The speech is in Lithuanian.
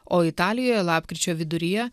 o italijoje lapkričio viduryje